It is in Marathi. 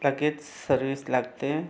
लगेच सर्विस लागते